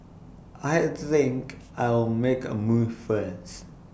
I think I'll make A move first